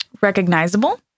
recognizable